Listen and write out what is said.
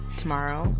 tomorrow